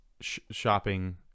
shopping